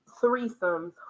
threesomes